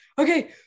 Okay